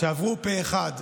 שעברו פה אחד.